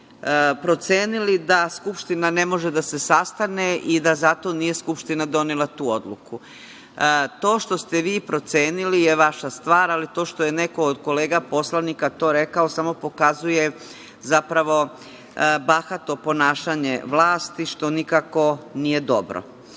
procenili da Skupština ne može da se sastane i da zato nije Skupština donela tu odluku. To što ste vi procenili je vaša stvar, ali to što je neko od kolega poslanika to rekao samo pokazuje, zapravo, bahato ponašanje vlasti, što nikako nije dobro. Da